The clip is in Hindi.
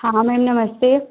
हाँ मैम नमस्ते